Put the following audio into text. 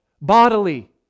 bodily